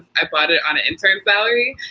i bought it on an interim salary.